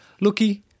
looky